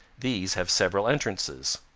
these have several entrances.